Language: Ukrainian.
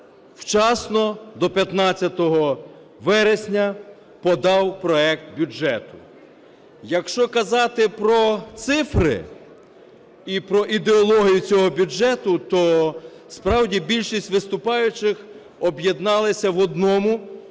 вчасно, до 15 вересня, подав проект бюджету. Якщо казати про цифри і про ідеологію цього бюджету, то справді більшість виступаючих об'єдналися в одному,